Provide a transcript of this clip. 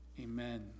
amen